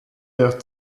der